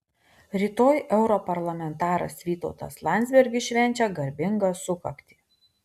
rytoj europarlamentaras vytautas landsbergis švenčia garbingą sukaktį